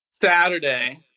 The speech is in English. Saturday